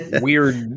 weird